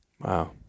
Wow